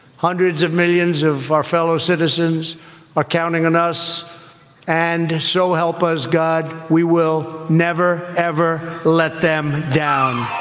hundreds of millions of our fellow citizens are counting on us and so help us god. we will never ever let them down